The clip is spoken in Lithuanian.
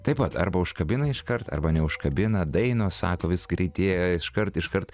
taip pat arba užkabina iškart arba neužkabina dainos sako vis greitėja iškart iškart